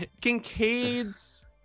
Kincaid's